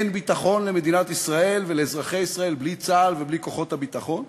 אין ביטחון למדינת ישראל ולאזרחי ישראל בלי צה"ל ובלי כוחות הביטחון,